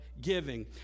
giving